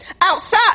outside